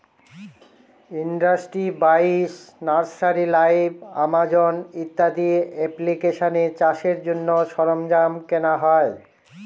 industry বাইশ, nursery live, Amazon ইত্যাদি এপ্লিকেশানে চাষের জন্য সরঞ্জাম কেনা হয়